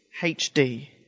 HD